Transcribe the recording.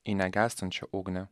į negęstančią ugnį